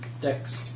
Dex